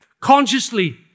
consciously